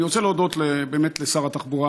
אני רוצה להודות באמת לשר התחבורה.